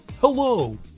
Hello